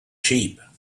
sheep